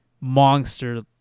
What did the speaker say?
monster